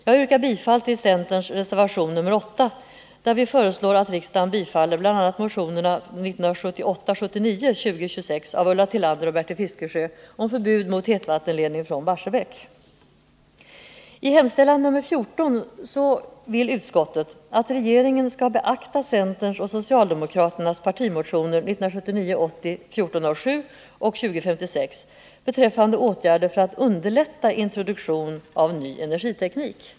Jag yrkar bifall till centerns reservation nr 8, där vi föreslår att riksdagen bifaller bl.a. motionen 1978/79:2026 av Ulla Tillander och Bertil Fiskesjö om förbud mot hetvattenledning från Barsebäck.